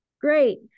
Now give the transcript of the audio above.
Great